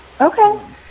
Okay